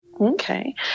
Okay